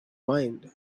mind